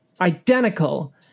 identical